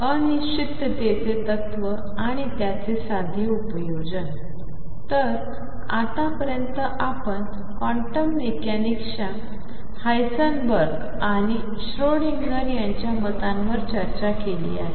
अनिश्चिततेचे तत्त्व आणि त्याचे साधे उपयोजन तर आतापर्यंत आपण क्वांटम मेकॅनिक्सच्या हायसेनबर्ग आणि श्रोडिंगर यांच्या मतांवर चर्चा केली आहे